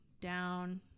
down